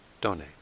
donate